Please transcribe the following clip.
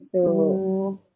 so